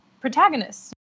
protagonists